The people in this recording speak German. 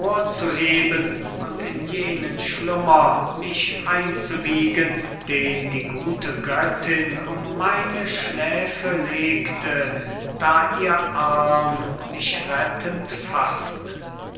zu heben und in jenen schlummer mich einzuwiegen den die gute göttin um meine schläfe legte da ihr arm mich rettend faßte